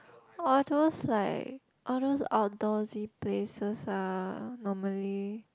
all those like all those outdoors he places ah normally